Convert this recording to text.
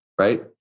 right